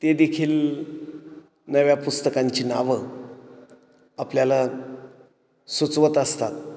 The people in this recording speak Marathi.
ते देखील नव्या पुस्तकांची नावं आपल्याला सुचवत असतात